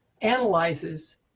analyzes